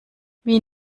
wie